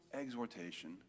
exhortation